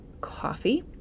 coffee